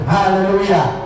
Hallelujah